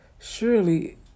Surely